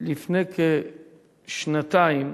לפני כשנתיים